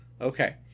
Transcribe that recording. Okay